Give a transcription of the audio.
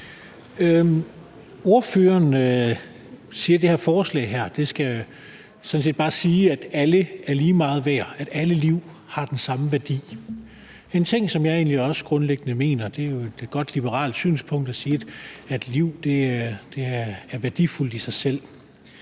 Ordføreren siger, at det her forslag sådan set bare skal signalere, at alle er lige meget værd, at alle liv har den samme værdi. Det er noget, som jeg egentlig også grundlæggende mener. Det er jo et godt liberalt synspunkt at have, at liv er værdifuldt i sig selv.